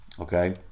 Okay